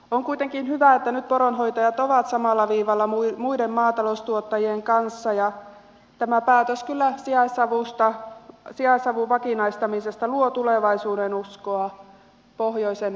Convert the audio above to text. on kuitenkin hyvä että nyt poronhoitajat ovat samalla viivalla muiden maataloustuottajien kanssa ja tämä päätös sijaisavun vakinaistamisesta luo kyllä tulevaisuudenuskoa pohjoisen perinteisille elinkeinonharjoittajille